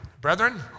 Brethren